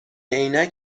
عینک